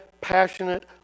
passionate